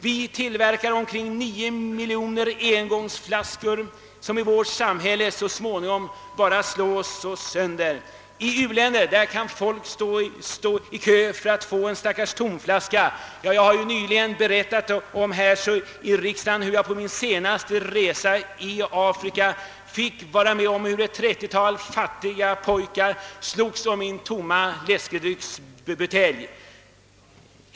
Vi tillverkar nu omkring 9 miljoner engångsflaskor, som i vårt överflödssamhälle efter användningen bara slås sönder. I u-länderna däremot kan människor stå i kö för en stackars tomflaska. Jag har nyligen berättat här i riksdagen om hur jag vid min senaste resa i Afrika bevittnat att ett 30-tal fattiga pojkar slogs om min tomma läskedrycksbutelj.